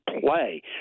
play